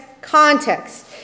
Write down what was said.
context